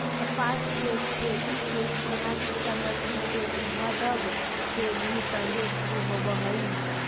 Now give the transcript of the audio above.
कपास के खेती के इतिहास ईसा मसीह के उद्भव से भी पहिले शुरू होवऽ हई